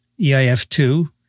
EIF2